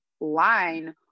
line